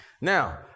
Now